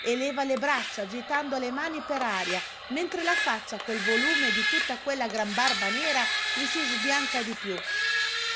e leva le braccia agitando le mani per aria mentre la faccia col volume di tutta quella gran barba nera gli si sbianca di più